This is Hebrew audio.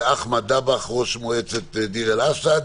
מר אחמד דבאח, ראש מועצת דיר אל-אסד.